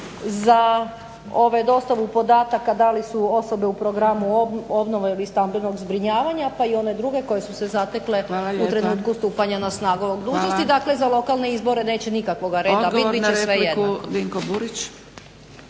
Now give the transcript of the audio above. za dostavu podataka da li su osobe u programu obnove i stambenog zbrinjavanja pa i one druge koje su se zatekle u trenutku stupanja na snagu dužnosti. Dakle, za lokalne izbore neće nikakvoga reda biti, bit će svejedno.